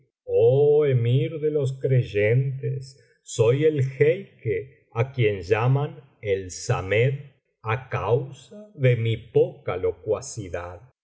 emir de los creyentes soy el jeique á quien llaman el samed á causa de mi poca locuacidad en